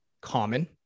common